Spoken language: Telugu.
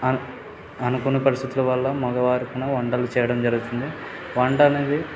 అనుకోని పరిస్థితుల వల్ల మగవారు కూడా వంటలు చేయడం జరుగుతుంది వంట అనేది